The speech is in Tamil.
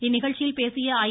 இந்நிகழ்ச்சியில் பேசிய ஐ